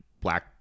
black